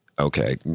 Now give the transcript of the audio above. Okay